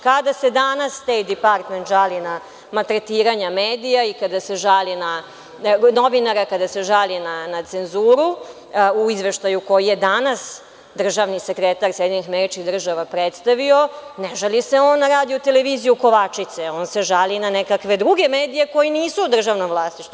Kada se danas„Stejt department“ žali na maltretiranja medija i kada se žali na novinara, kada se žali na cenzuru u izveštaju koji je danas državni sekretar SAD predstavio, ne žali se on na Radio televiziju Kovačica, on se žali na nekakve druge medije koji nisu u državnom vlasništvu.